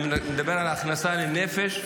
אם נדבר על ההכנסה לנפש,